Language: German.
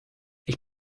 ich